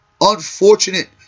unfortunate